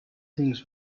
things